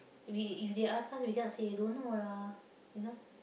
we if they ask us we cannot say don't know lah you know